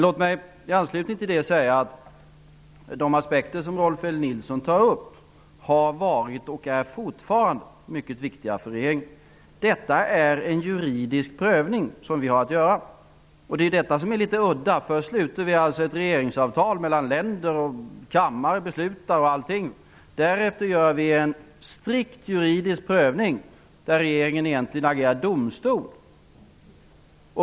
Låt mig i anslutning till detta säga att de aspekter som Rolf L Nilson tar upp har varit och är fortfarande mycket viktiga för regeringen. Det är en juridisk prövning som vi har att göra. Detta är litet udda. Först sluter vi alltså ett regeringsavtal mellan länder och riksdagen fattar beslut. Därefter gör vi en strikt juridisk prövning, där regeringen egentligen agerar domstol.